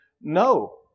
no